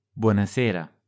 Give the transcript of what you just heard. Buonasera